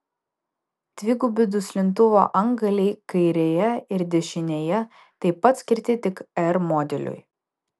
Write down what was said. dvigubi duslintuvo antgaliai kairėje ir dešinėje taip pat skirti tik r modeliui